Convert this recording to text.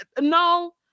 no